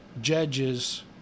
judges